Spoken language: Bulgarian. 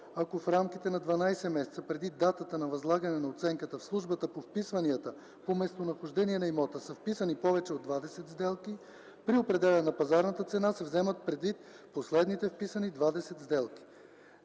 Ако в рамките на 12 месеца преди датата на възлагане на оценката в службата по вписванията по местонахождение на имота са вписани повече от 20 сделки, при определяне на пазарната цена се вземат предвид последните вписани 20 сделки.”;